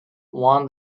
won